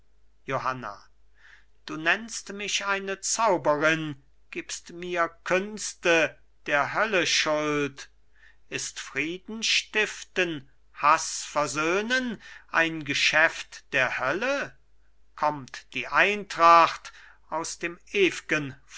johanna du nennst mich eine zauberin gibst mir künste der hölle schuld ist frieden stiften haß versöhnen ein geschäft der hölle kommt die eintracht aus dem